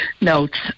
notes